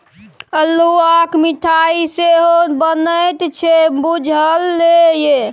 अल्हुआक मिठाई सेहो बनैत छै बुझल ये?